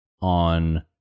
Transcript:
on